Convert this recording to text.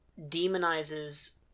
demonizes